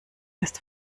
ist